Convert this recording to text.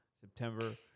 September